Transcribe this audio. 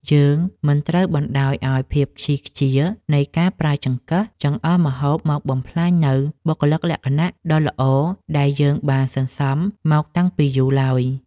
យើងមិនត្រូវបណ្តោយឱ្យភាពខ្ជីខ្ជានៃការប្រើចង្កឹះចង្អុលម្ហូបមកបំផ្លាញនូវបុគ្គលិកលក្ខណៈដ៏ល្អដែលយើងបានសន្សំមកតាំងពីយូរឡើយ។